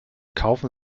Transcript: kaufen